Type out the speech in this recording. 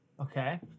Okay